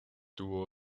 tuvo